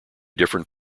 different